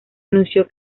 anunció